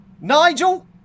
Nigel